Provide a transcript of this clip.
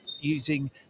using